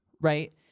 right